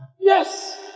Yes